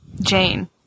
Jane